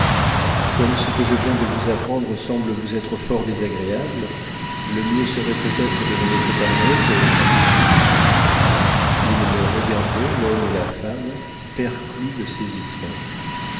comme ce que je viens de vous apprendre semble vous être fort désagréable le mieux serait peut-être de donner cet argent aux pauvres ils me regardaient l'homme et la femme perdus de saisissement